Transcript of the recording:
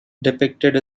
depicted